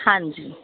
ਹਾਂਜੀ